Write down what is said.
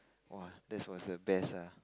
!wah! that was the best ah